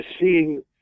seeing